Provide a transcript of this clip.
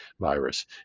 virus